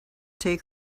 take